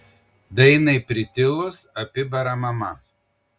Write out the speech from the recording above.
dainai pritilus apibara mama